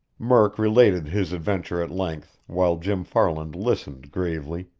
murk related his adventure at length, while jim farland listened gravely,